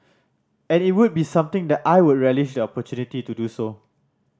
and it would be something that I would relish the opportunity to do so